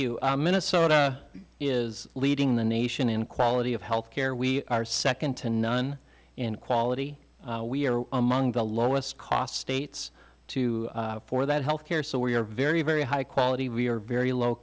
you minnesota is leading the nation in quality of health care we are second to none in quality we are among the lowest cost states too for that health care so we are very very high quality we are very low